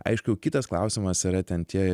aišku jau kitas klausimas yra ten tie